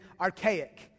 archaic